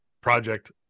project